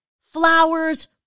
flowers